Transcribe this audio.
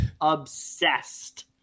obsessed